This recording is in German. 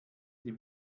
die